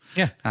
yeah.